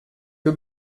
più